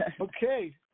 Okay